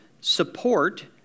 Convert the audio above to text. support